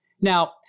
Now